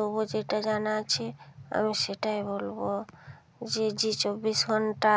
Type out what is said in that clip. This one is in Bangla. তবুও যেটা জানা আছে আমি সেটাই বলব জি জি চব্বিশ ঘন্টা